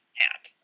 hand